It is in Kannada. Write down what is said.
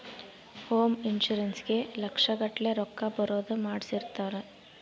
ಹೋಮ್ ಇನ್ಶೂರೆನ್ಸ್ ಗೇ ಲಕ್ಷ ಗಟ್ಲೇ ರೊಕ್ಕ ಬರೋದ ಮಾಡ್ಸಿರ್ತಾರ